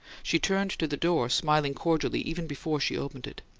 she turned to the door, smiling cordially, even before she opened it.